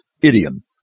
idiom